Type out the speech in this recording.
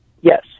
Yes